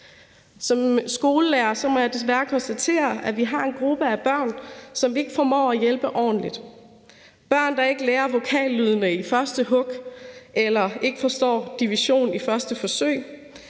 Som skolelærer må jeg desværre konstatere, at vi har en gruppe af børn, som vi ikke formår at hjælpe ordentligt. Det gælder bl.a. børn, der ikke lærer vokallydene i første hug, og børn, der ikke forstår division i første forsøg.